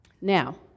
Now